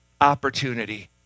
opportunity